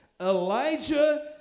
Elijah